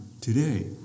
today